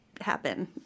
happen